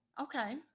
Okay